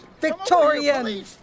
Victorian